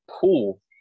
pool